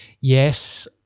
Yes